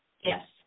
Yes